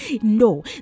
no